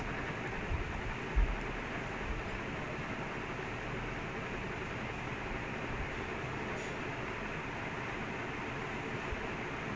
mm no it's it's like ya you around that area also it's not just dutch talents like if you look at it right like it's like come from everywhere one all